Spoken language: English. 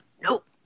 nope